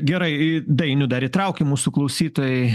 gerai dainių dar įtraukim mūsų klausytojai